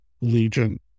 Legion